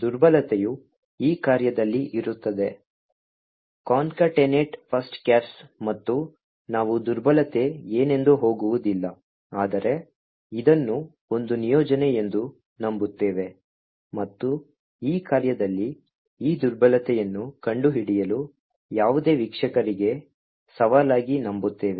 ದುರ್ಬಲತೆಯು ಈ ಕಾರ್ಯದಲ್ಲಿ ಇರುತ್ತದೆ concatenate first chars ಮತ್ತು ನಾವು ದುರ್ಬಲತೆ ಏನೆಂದು ಹೋಗುವುದಿಲ್ಲ ಆದರೆ ಇದನ್ನು ಒಂದು ನಿಯೋಜನೆ ಎಂದು ನಂಬುತ್ತೇವೆ ಮತ್ತು ಈ ಕಾರ್ಯದಲ್ಲಿ ಈ ದುರ್ಬಲತೆಯನ್ನು ಕಂಡುಹಿಡಿಯಲು ಯಾವುದೇ ವೀಕ್ಷಕರಿಗೆ ಸವಾಲಾಗಿ ನಂಬುತ್ತೇವೆ